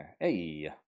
Hey